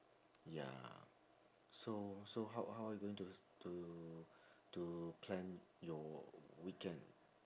ya so so how how you going to to to plan your weekend